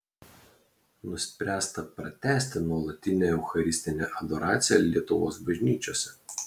nuspręsta pratęsti nuolatinę eucharistinę adoraciją lietuvos bažnyčiose